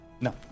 no